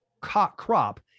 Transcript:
crop